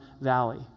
Valley